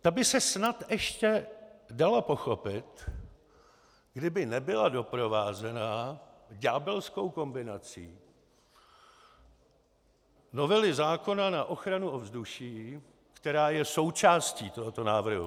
Ta by se snad ještě dala pochopit, kdyby nebyla doprovázena ďábelskou kombinací novely zákona na ochranu ovzduší, která je součástí tohoto návrhu.